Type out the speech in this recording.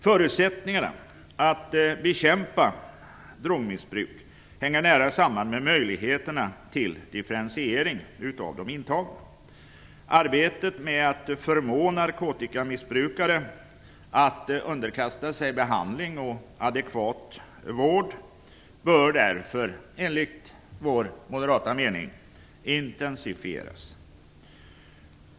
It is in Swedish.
Förutsättningarna för att bekämpa drogmissbruk hänger nära samman med möjligheterna till differentiering av de intagna. Arbetet med att förmå narkotikamissbrukare att underkasta sig behandling och adekvat vård bör därför enligt vår moderata mening intensifieras.